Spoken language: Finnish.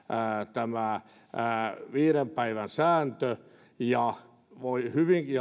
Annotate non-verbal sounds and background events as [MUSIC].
tämä viiden päivän sääntö ja voi hyvinkin [UNINTELLIGIBLE]